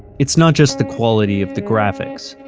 it's not just the quality of the graphics.